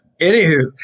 Anywho